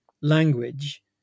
language